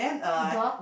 the door